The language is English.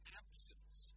absence